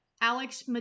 Alex